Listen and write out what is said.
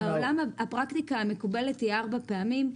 בעולם הפרקטיקה המקובלת היא ארבע פעמים.